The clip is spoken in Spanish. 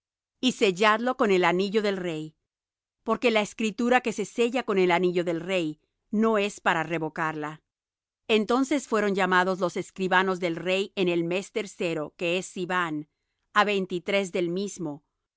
y sellad lo con el anillo del rey porque la escritura que se sella con el anillo del rey no es para revocarla entonces fueron llamados los escribanos del rey en el mes tercero que es siván á veintitrés del mismo y